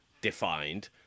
defined